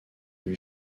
lui